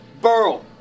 Burl